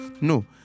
no